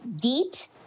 DEET